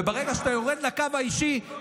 וברגע שאתה יורד לקו האישי,